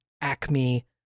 Acme